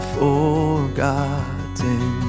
forgotten